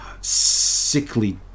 sickly